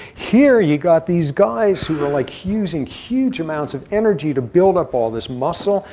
here you've got these guys who are like using huge amounts of energy to build up all this muscle,